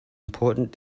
important